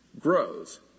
grows